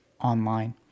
online